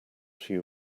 few